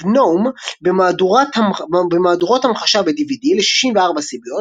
GNOME במהדורות המחשה ב־DVD ל־64 סיביות,